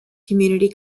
community